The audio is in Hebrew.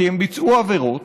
כי הם ביצעו עבירות,